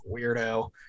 weirdo